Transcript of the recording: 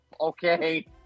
okay